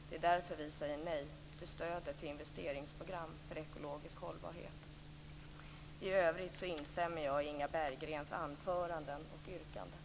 Det är därför vi säger nej till stödet till investeringsprogram för ekologisk hållbarhet. I övrigt instämmer jag i Inga Berggrens anföranden och yrkanden.